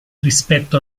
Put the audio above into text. rispetto